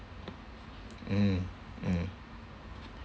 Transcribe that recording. mm mm